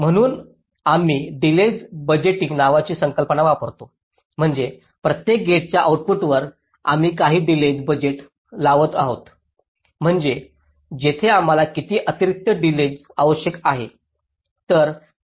म्हणून आम्ही delays budgeting नावाची संकल्पना वापरतो म्हणजे प्रत्येक गेटच्या आऊटपुटवर आम्ही काही डिलेज बजेट लावत आहोत म्हणजे तिथे आम्हाला किती अतिरिक्त डिलेज आवश्यक आहे